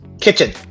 kitchen